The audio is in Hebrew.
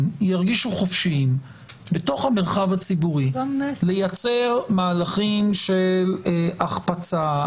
ירגישו חופשיים בתוך המרחב הציבורי לייצר מהלכים של החפצה,